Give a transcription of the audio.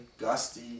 gusty